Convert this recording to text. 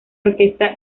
orquesta